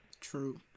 True